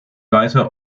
weiter